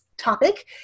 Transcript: topic